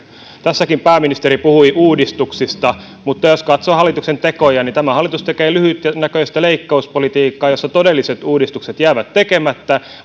tässäkin pääministeri puhui uudistuksista mutta jos katsoo hallituksen tekoja niin tämä hallitus tekee lyhytnäköistä leikkauspolitiikkaa jossa todelliset uudistukset jäävät tekemättä